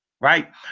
right